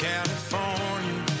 California